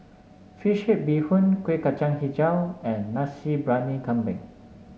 fish head Bee Hoon Kuih Kacang hijau and Nasi Briyani Kambing